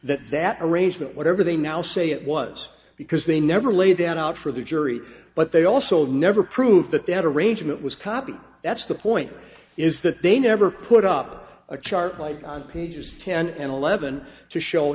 they arrangement whatever they now say it was because they never laid out for the jury but they also never proved that they had arrangement was copy that's the point is that they never put up a chart like pages ten and eleven to show